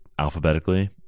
Alphabetically